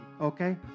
Okay